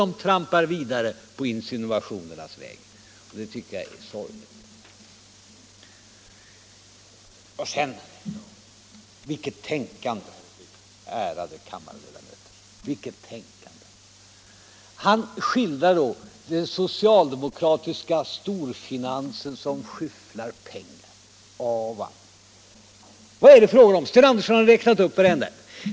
De trampar vidare på insinuationernas väg, och det är sorgligt. Och sedan — vilket tänkande, ärade kammarledamöter, vilket tänkande! Herr Burenstam Linder skildrar den socialdemokratiska storfinansen som skyfflar pengar av och an. Vad är det fråga om? Sten Andersson har räknat upp vartenda bidrag.